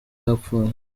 yapfuye